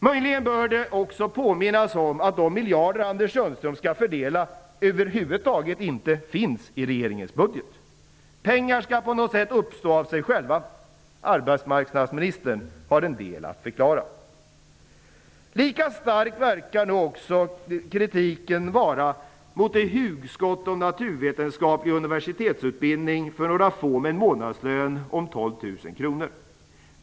Möjligen bör det också påminnas om att de miljarder som Anders Sundström skall fördela över huvud taget inte finns i regeringens budget. Pengarna skall på något sätt uppstå av sig själva. Arbetsmarknadsministern har en del att förklara. Lika stark verkar nu också kritiken vara mot hugskottet om naturvetenskaplig universitetsutbildning för några få med en månadslön om 12 000 kr.